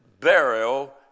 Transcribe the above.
burial